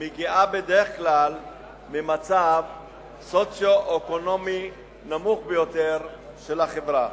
מגיעה בדרך כלל ממצב סוציו-אקונומי נמוך ביותר של החברה.